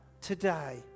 today